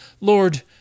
Lord